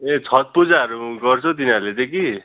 ए छठ पूजाहरू गर्छ हौ तिनीहरूले चाहिँ कि